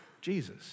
Jesus